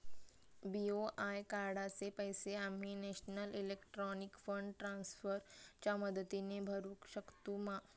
BOI कार्डाचे पैसे आम्ही नेशनल इलेक्ट्रॉनिक फंड ट्रान्स्फर च्या मदतीने भरुक शकतू मा?